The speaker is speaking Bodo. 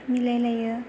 मिलायलायो